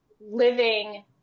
Living